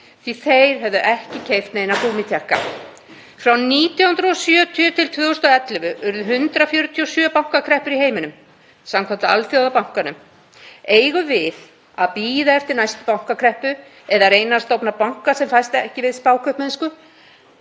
að þeir höfðu ekki keypt neina gúmmítékka. Frá 1970–2011 urðu 147 bankakreppur í heiminum samkvæmt Alþjóðabankanum. Eigum við að bíða eftir næstu bankakreppu eða reyna að stofna banka sem fæst ekki við spákaupmennsku